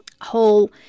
whole